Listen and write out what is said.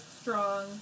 Strong